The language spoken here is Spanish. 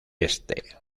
este